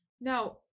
Now